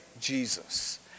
Jesus